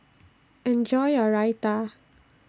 Enjoy your Raita